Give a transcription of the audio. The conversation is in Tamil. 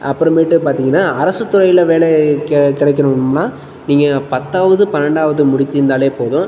அப்புறமேட்டு பார்த்தீங்கன்னா அரசுத்துறையில் வேலை கெ கிடைக்கணும்னா நீங்கள் பத்தாவது பன்னெண்டாவது முடித்திருந்தாலே போதும்